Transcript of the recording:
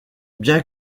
bien